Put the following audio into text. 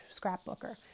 scrapbooker